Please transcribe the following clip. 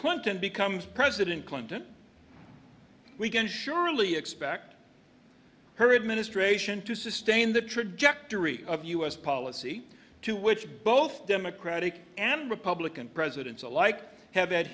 clinton becomes president clinton we can surely expect her administration to sustain the trajectory of u s policy to which both democratic and republican presidents alike have